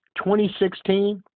2016